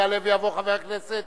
יעלה ויבוא חבר הכנסת